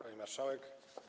Pani Marszałek!